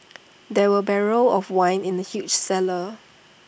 there were barrels of wine in the huge cellar